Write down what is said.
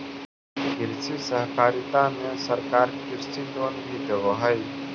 कृषि सहकारिता में सरकार कृषि लोन भी देब हई